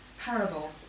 parable